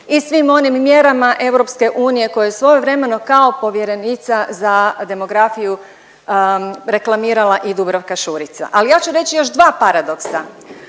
i svim onim mjerama EU koje svojevremeno kao povjerenica za demografiju reklamirala i Dubravka Šuica. Ali ja ću reći još dva paradoksa